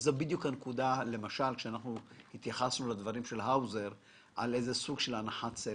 זו בדיוק הנקודה כשהתייחסנו לדברים של האוזר על סוג של הנחת סלב.